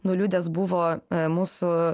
nuliūdęs buvo mūsų